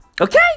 Okay